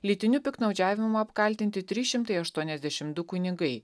lytiniu piktnaudžiavimu apkaltinti trys šimtai aštuoniasdešimt du kunigai